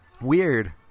Weird